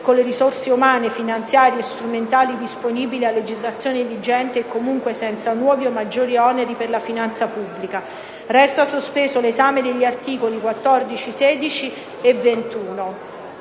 con le risorse umane, finanziarie e strumentali disponibili a legislazione vigente e, comunque, senza nuovi o maggiori oneri per la finanza pubblica. Resta sospeso l'esame degli articoli 14, 16 e 21».